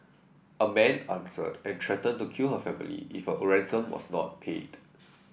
a man answered and threatened to kill her family if a ransom was not paid